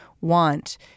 want